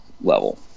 level